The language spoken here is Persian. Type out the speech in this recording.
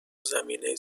زمینه